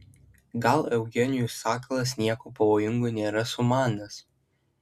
gal eugenijus sakalas nieko pavojingo nėra sumanęs